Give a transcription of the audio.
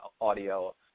audio